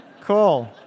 Cool